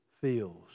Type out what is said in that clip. feels